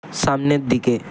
সামনের দিকে